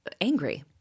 angry